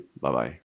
Bye-bye